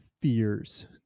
fears